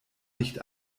nicht